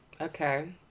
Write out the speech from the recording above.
Okay